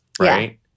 right